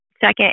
second